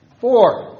Four